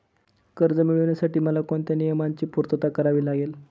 कर्ज मिळविण्यासाठी मला कोणत्या नियमांची पूर्तता करावी लागेल?